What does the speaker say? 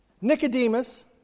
Nicodemus